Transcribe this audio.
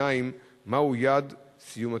2. מה הוא יעד סיום הטיפול?